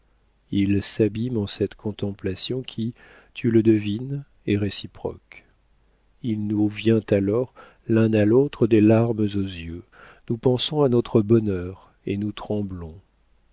il s'abîme en cette contemplation qui tu le devines est réciproque il nous vient alors l'un à l'autre des larmes aux yeux nous pensons à notre bonheur et nous tremblons